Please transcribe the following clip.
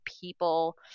people